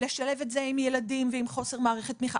לשלב את זה עם ילדים ועם חוסר במערכת תמיכה,